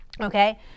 Okay